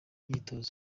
myitozo